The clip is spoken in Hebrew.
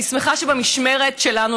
אני שמחה שבמשמרת שלנו,